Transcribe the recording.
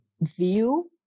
view